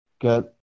get